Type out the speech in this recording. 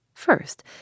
first